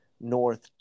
North